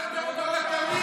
זרקתם אותם לכלבים,